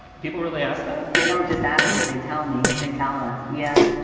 people really ask that. they don't just ask it. they tell me. they tell us. yeah.